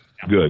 Good